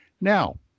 Now